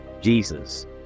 Jesus